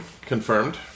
Confirmed